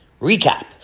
Recap